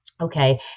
Okay